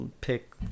pick